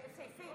הסתייגויות?